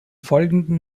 folgenden